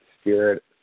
spirit